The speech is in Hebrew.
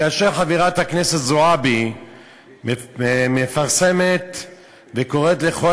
כאשר חברת הכנסת זועבי מפרסמת וקוראת לכל